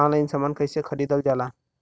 Online समान कैसे खरीदल जाला?